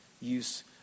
use